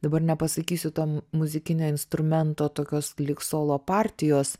dabar nepasakysiu to muzikinio instrumento tokios lyg solo partijos